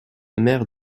mère